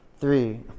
three